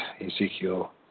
Ezekiel